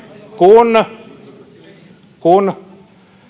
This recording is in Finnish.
kun